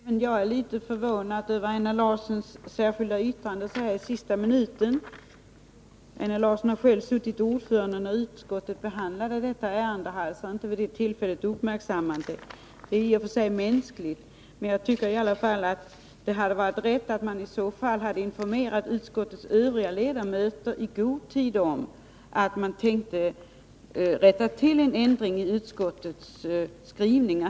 Herr talman! Även jag är litet förvånad över Einar Larssons särskilda yrkande så här i sista minuten. Han har själv suttit ordförande när utskottet behandlat detta ärende och har alltså vid det tillfället inte uppmärksammat detta. Det är i och för sig mänskligt, men jag tycker att det riktiga hade varit att man informerade utskottets övriga ledamöter i god tid om att man tänkte göra en ändring i utskottets skrivning.